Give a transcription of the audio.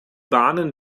bahnen